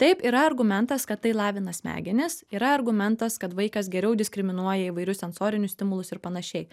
taip yra argumentas kad tai lavina smegenis yra argumentas kad vaikas geriau diskriminuoja įvairius sensorinius stimulus ir panašiai